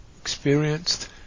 experienced